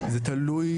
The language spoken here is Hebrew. זה תלוי